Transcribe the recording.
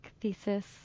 thesis